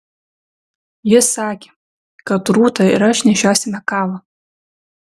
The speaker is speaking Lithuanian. jis sakė kad rūta ir aš nešiosime kavą